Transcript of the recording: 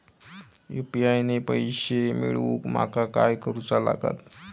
UPI ने पैशे मिळवूक माका काय करूचा लागात?